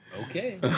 Okay